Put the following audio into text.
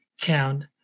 count